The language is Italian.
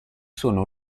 sono